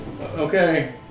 Okay